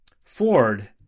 Ford